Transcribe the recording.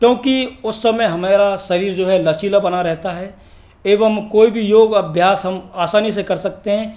क्योंकि उस समय हमारा शरीर जो है लचीला बना रहता है एवं कोई भी योग अभ्यास हम आसानी से कर सकते हैं